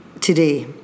today